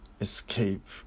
escape